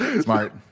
Smart